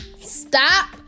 stop